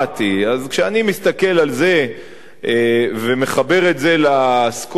אז כשאני מסתכל על זה ומחבר את זה לכל הסקרים